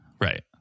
Right